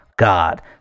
God